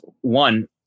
One